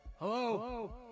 Hello